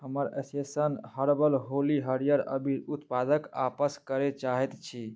हमर association herbal Holi हरिअर अबीर उत्पादक आपस करै चाहै छी